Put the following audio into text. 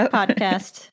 podcast